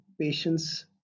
patients